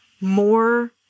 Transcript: more